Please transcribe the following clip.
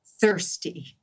thirsty